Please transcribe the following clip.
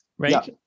Right